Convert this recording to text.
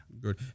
Good